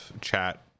chat